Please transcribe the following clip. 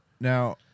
now